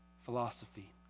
philosophy